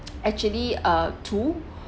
actually uh two